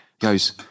goes